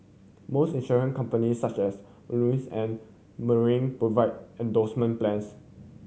most insurance companies such as Manulife and Tokio Marine provide endowment plans